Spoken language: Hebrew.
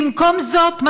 במקום זאת,